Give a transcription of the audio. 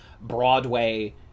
Broadway